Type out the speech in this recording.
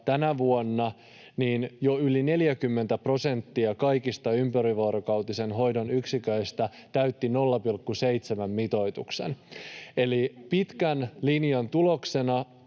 tänä vuonna jo yli 40 prosenttia kaikista ympärivuorokautisen hoidon yksiköistä täytti 0,7-mitoituksen. Eli pitkän linjan tuloksena